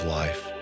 life